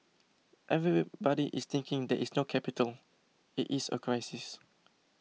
everybody is thinking there is no capital it is a crisis